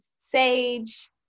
sage